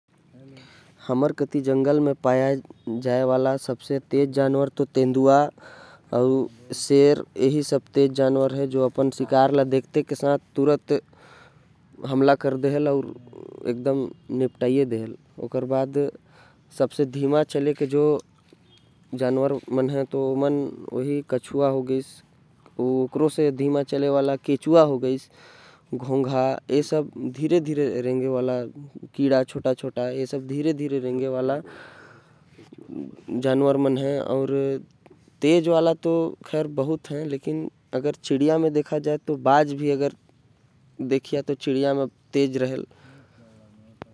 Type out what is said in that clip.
सबसे तेज जानवर तेंदुआ अउ शेर हवे। सबसे धीमा चले वाला जानवर कछुआ। केचुआ अउ घोंगा होते जेमन बहुते धीमा चलथे।